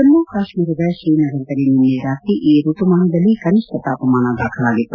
ಜಮ್ಮ ಕಾಶ್ಮೀರದ ಶ್ರೀನಗರದಲ್ಲಿ ನಿನ್ನೆ ರಾತ್ರಿ ಈ ಋತುಮಾನದಲ್ಲೇ ಕನಿಷ್ಠ ತಾಪಮಾನ ದಾಖಲಾಗಿತ್ತು